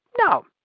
No